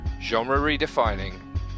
genre-redefining